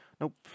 nope